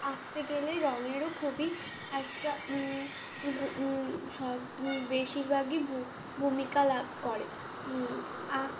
আঁকতে গেলে রঙেরও খুবই একটা সব বেশিরভাগই ভূমিকা লাভ করে আক